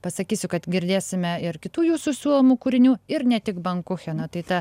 pasakysiu kad girdėsime ir kitų jūsų siūlomų kūrinių ir ne tik bankucheną tai ta